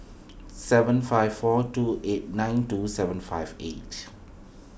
seven five four two eight nine two seven five eight